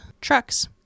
trucks